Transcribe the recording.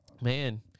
man